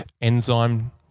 enzyme